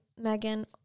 Megan